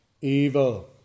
evil